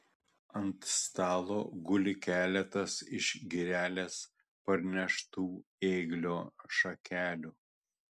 ant stalo guli keletas iš girelės parneštų ėglio šakelių